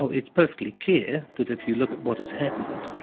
so it's perfectly clear that if you look at what has happened,